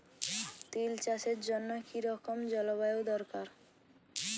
তিল চাষের জন্য কি রকম জলবায়ু দরকার?